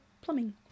plumbing